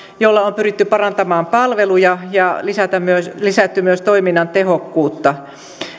jolla on pyritty parantamaan palveluja ja lisätty myös toiminnan tehokkuutta